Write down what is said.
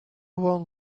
one